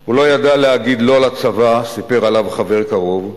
הוא לא ידע להגיד לא לצבא, סיפר עליו חבר קרוב,